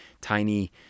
tiny